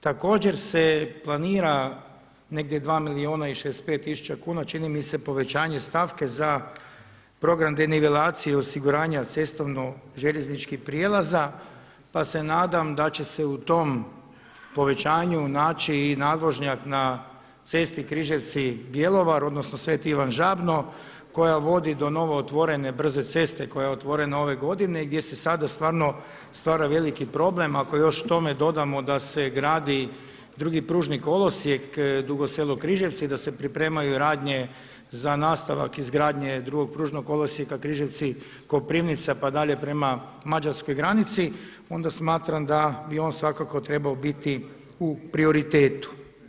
Također se planira negdje 2 milijuna i 65 tisuća kuna, čini mi se povećanje stavke za program denivelacije osiguranja cestovno-željezničkih prijelaza pa se nadam da će se u tom povećanju naći i nadvožnjak na cesti Križevci-Bjelovar odnosno Sv. Ivan Žabno koja vodi do novootvorene brze ceste koja je otvorena ove godine i gdje se sada stvarno stvara veliki problem ako još k tome dodamo da se gradi drugi pružni kolosijek Dugo Selo-Križevci i da se pripremaju radnje za nastavak izgradnje drugog pružnog kolosijeka Križevci-Koprivnica pa dalje prema mađarskoj granici onda smatram da bi on svakako trebao biti u prioritetu.